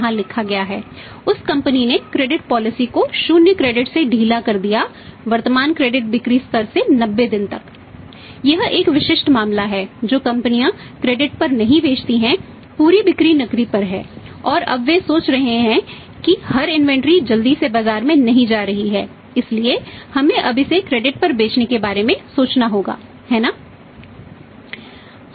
यहाँ भी न्यूनतम 20 फंड पर बेचने के बारे में सोचना होगा है ना